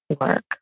work